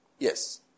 Yes